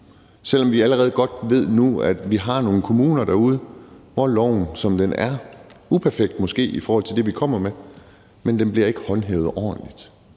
selv om vi allerede godt ved nu, at vi har nogle kommuner derude, hvor loven, som den er – uperfekt, måske, i forhold til det, vi kommer med – ikke bliver håndhævet ordentligt.